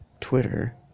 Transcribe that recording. Twitter